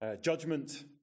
Judgment